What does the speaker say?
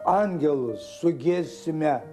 angelus su gieme